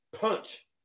punch